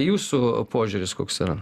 jūsų požiūris koks yra